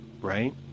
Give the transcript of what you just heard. right